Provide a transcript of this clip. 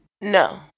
No